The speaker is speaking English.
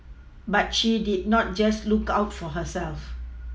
but she did not just look out for herself